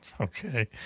Okay